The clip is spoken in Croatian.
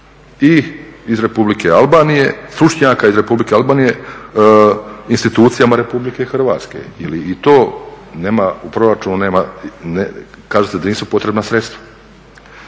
iz Republike Albanije, stručnjaka iz Republike Albanije institucijama Republike Hrvatske ili i to nema u proračunu nema, kaže se da nisu potrebna sredstva.